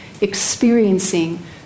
experiencing